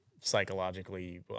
psychologically